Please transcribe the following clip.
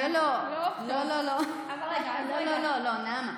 לא לא לא, נעמה.